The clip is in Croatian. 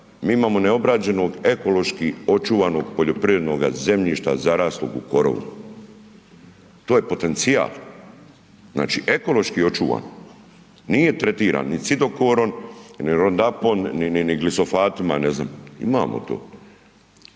mi imamo neobrađenog ekološki očuvanog poljoprivrednog zemljišta zaraslog u korovu. To je potencijal, znači ekološki očuvan, nije tretiran ni cidokorom, ni roundupom, ni glifosatima ne znam, imamo to.